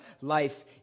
life